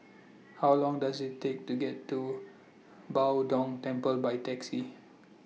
How Long Does IT Take to get to Bao Dong Temple By Taxi